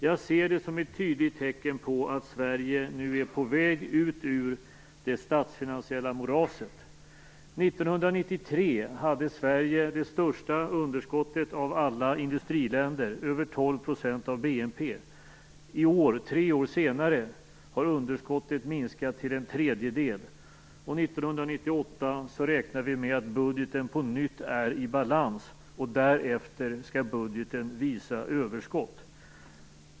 Jag ser det som ett tydligt tecken på att Sverige nu är på väg ut ur det statsfinansiella moraset. År 1993 hade Sverige det största underskottet av alla industriländer, över 12 % av BNP. I år, tre år senare, har underskottet minskat till en tredjedel. 1998 räknar vi med att budgeten på nytt är i balans, och därefter skall den visa överskott.